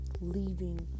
leaving